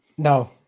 No